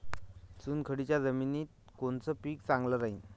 चुनखडीच्या जमिनीत कोनचं पीक चांगलं राहीन?